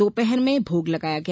दोपहर में भोग लगाया गया